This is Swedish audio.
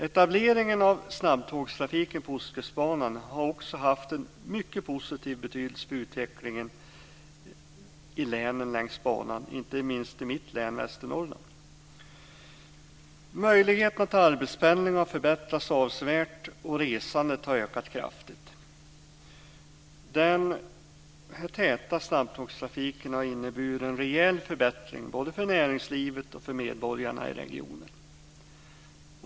Etableringen av snabbtågstrafiken på Ostkustbanan har också haft en mycket positiv betydelse för utvecklingen i länen längs banan - inte minst i mitt län Västernorrland. Möjligheterna till arbetspendling har förbättrats avsevärt, och resandet har ökat kraftigt. Den täta snabbtågstrafiken har inneburit en rejäl förbättring både för näringslivet och för medborgarna i regionen.